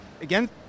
again